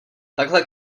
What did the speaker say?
takhle